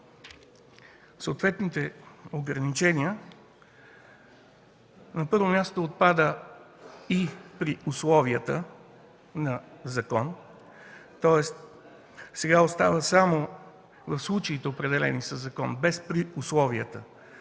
съответни ограничения. На първо място, отпада „и при условията на закон”, тоест сега остава само „в случаите, определени със закон”, без „при условията”,